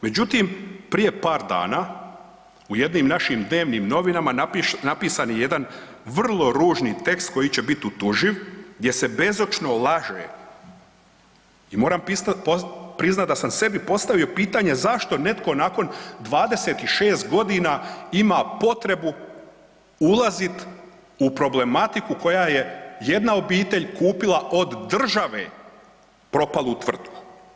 Međutim, prije par dana u jednim našim dnevnim novinama napisan je jedan vrlo ružni tekst koji će biti utuživ gdje se bezočno laže i moram priznati da sam sebi postavio pitanje zašto netko nakon 26 godina ima potrebu ulazit u problematiku koja je jedna obitelj kupila od države propalu tvrtku.